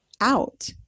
out